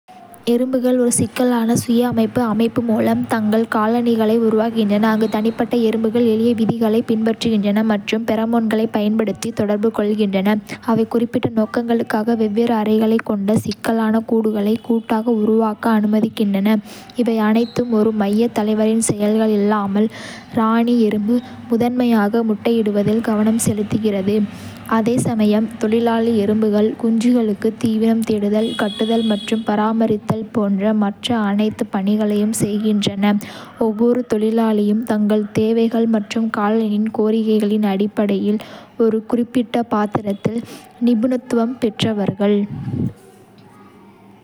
எறும்புகள் ஒரு சிக்கலான சுய-அமைப்பு அமைப்பு மூலம் தங்கள் காலனிகளை உருவாக்குகின்றன, அங்கு தனிப்பட்ட எறும்புகள் எளிய விதிகளைப் பின்பற்றுகின்றன மற்றும். பெரோமோன்களைப் பயன்படுத்தி தொடர்பு கொள்கின்றன, அவை குறிப்பிட்ட நோக்கங்களுக்காக வெவ்வேறு அறைகளைக் கொண்ட சிக்கலான கூடுகளை கூட்டாக உருவாக்க அனுமதிக்கின்றன, இவை அனைத்தும் ஒரு மையத் தலைவரின் செயல்கள் இல்லாமல் ராணி எறும்பு முதன்மையாக முட்டையிடுவதில் கவனம் செலுத்துகிறது, அதே சமயம் தொழிலாளி எறும்புகள் குஞ்சுகளுக்கு தீவனம் தேடுதல். கட்டுதல் மற்றும் பராமரித்தல் போன்ற மற்ற அனைத்து பணிகளையும் செய்கின்றன, ஒவ்வொரு தொழிலாளியும் தங்கள் தேவைகள் மற்றும் காலனியின் கோரிக்கைகளின் அடிப்படையில் ஒரு குறிப்பிட்ட பாத்திரத்தில் நிபுணத்துவம் பெற்றவர்கள்.